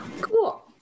Cool